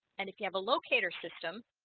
and if you have a locator system,